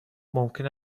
ممکن